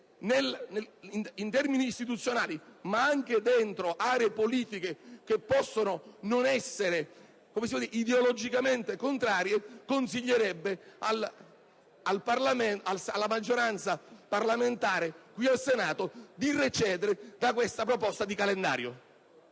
in termini istituzionali, ma anche all'interno di aree politiche che possono non essere contrarie consiglierebbero alla maggioranza parlamentare qui, al Senato, di recedere da questa proposta di calendario.